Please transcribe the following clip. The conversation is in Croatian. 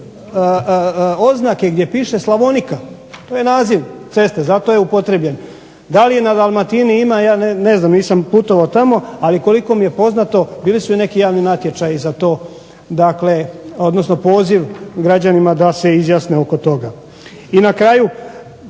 oznake gdje piše Slavonika, to je naziv ceste, zato je upotrijebljen. Da li i na Dalmatini ima ja ne znam, nisam putovao tamo, ali koliko mi je poznato bili su i neki javni natječaji za to, odnosno poziv građanima da se izjasne oko toga. I na kraju,